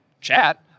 chat